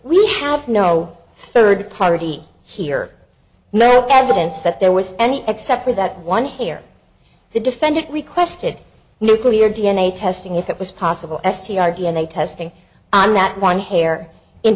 we have no third party here no evidence that there was any except for that one here the defendant requested nuclear d n a testing if it was possible s t r d n a testing on that one hair in